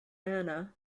anna